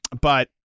But-